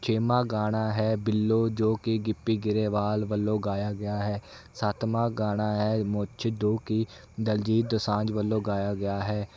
ਛੇਵਾਂ ਗਾਣਾ ਹੈ ਬਿੱਲੋ ਜੋ ਕਿ ਗਿੱਪੀ ਗਰੇਵਾਲ ਵੱਲੋਂ ਗਾਇਆ ਗਿਆ ਹੈ ਸੱਤਵਾਂ ਗਾਣਾ ਹੈ ਮੁੱਛ ਜੋ ਕਿ ਦਲਜੀਤ ਦੋਸਾਂਝ ਵੱਲੋਂ ਗਾਇਆ ਗਿਆ ਹੈ